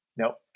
Nope